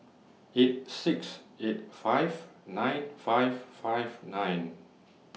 eight six eight five nine five five nine